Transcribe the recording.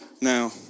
Now